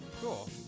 Cool